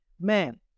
Man